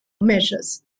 measures